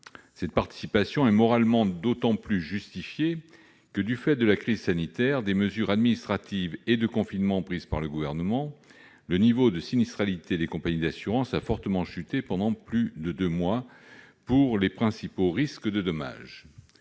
Cette participation est moralement d'autant plus justifiée que, du fait de la crise sanitaire et des mesures administratives de confinement prises par le Gouvernement, le niveau de sinistralité des compagnies d'assurance a fortement chuté pendant plus de deux mois pour les principaux risques de dommages.